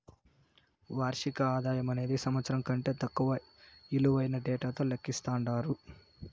వార్షిక ఆదాయమనేది సంవత్సరం కంటే తక్కువ ఇలువైన డేటాతో లెక్కిస్తండారు